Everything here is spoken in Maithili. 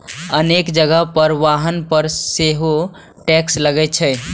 अनेक जगह पर वाहन पर सेहो टैक्स लागै छै